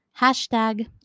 hashtag